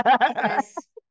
Yes